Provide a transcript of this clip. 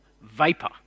vapor